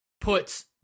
puts